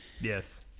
yes